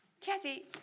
Kathy